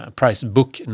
pricebook